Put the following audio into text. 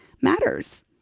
matters